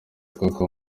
koko